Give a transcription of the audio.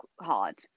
hard